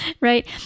right